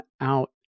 out